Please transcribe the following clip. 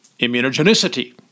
immunogenicity